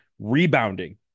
Rebounding